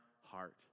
heart